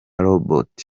robots